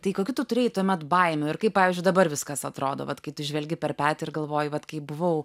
tai kokių tu turėjai tuomet baimių ir kaip pavyzdžiui dabar viskas atrodo vat kai tu žvelgi per petį ir galvoji vat kai buvau